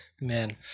Man